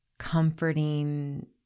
comforting